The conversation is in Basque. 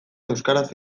euskaraz